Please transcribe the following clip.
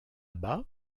bas